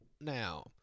now